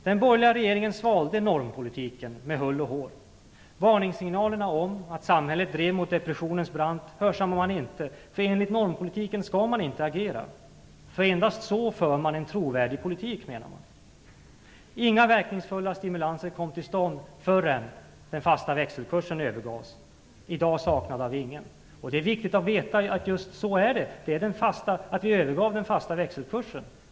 Den borgerliga regeringen svalde normpolitiken med hull och hår. Varningssignalerna om att samhället drev mot depressionens brant hörsammades inte. Enligt normpolitiken skall man ju inte agera. Endast så för man en trovärdig politik, menar man. Inga verkningsfulla stimulanser kom till stånd förrän den fasta växelkursen övergavs; i dag är den inte saknad av någon. Det är viktigt att veta att det är så här. Vi övergav den fasta växelkursen.